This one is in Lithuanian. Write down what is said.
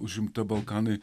užimta balkanai